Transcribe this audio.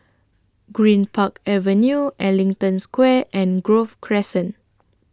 Greenpark Avenue Ellington Square and Grove Crescent